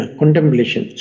contemplation